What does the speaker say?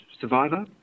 survivor